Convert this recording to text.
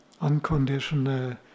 unconditional